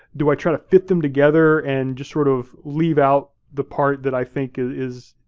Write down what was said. do i try to fit them together and just sort of leave out the part that i think is,